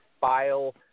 file